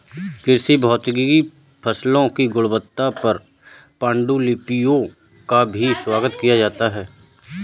कृषि भौतिकी फसलों की गुणवत्ता पर पाण्डुलिपियों का भी स्वागत किया जाता है